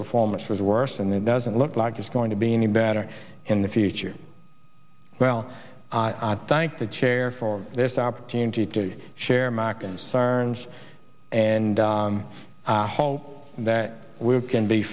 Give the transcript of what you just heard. performance was worse and it doesn't look like it's going to be any better in the future well thank the chair for this opportunity to share my concerns and i hope that we can be